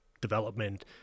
development